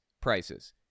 prices